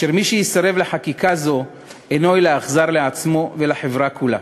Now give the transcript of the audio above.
ומי שיסרב לחקיקה זו אינו אלא אכזר לעצמו ולחברה כולה.